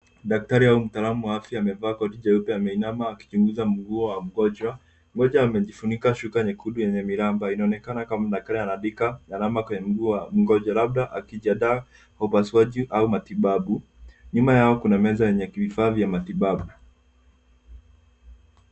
Daktari au mtaalamu wa afya amevaa koti jeupe, ameinama akichunguza mguu wa mgonjwa. Mgonjwa amejifunika shuka nyekundu yenye miraba. Inaonekana kama nakala anaandika alama kwenye mguu kwa mgonjwa labda akijiandaa kwa upasuaji au matibabu. Nyuma yao kuna meza yenye vifaa vya matibabu.